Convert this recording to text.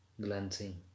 glancing